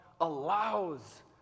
allows